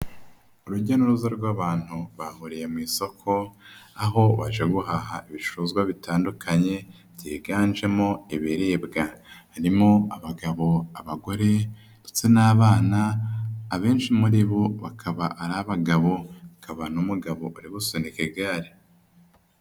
Urujya n'uruza rw'abantu bahuriye mu isoko, aho baje guhaha ibicuruzwa bitandukanye, byiganjemo ibiribwa. Harimo abagabo, abagore ndetse n'abana. Abenshi muri bo bakaba ari abagabo, hakaba n'umugabo uri gusunika igare.